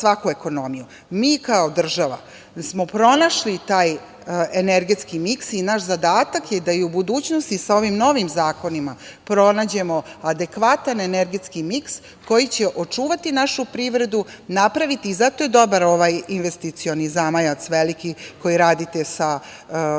Mi kao država smo pronašli taj energetski miks i naš zadatak je da i u budućnosti sa ovim novim zakonima pronađemo adekvatan energetski miks koji će očuvati našu privredu, napraviti… Zato je dobar ovaj investicioni zamajac veliki koji radite sa Zakonom